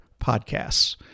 podcasts